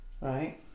Right